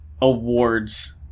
awards